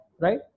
right